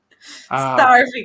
starving